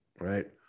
Right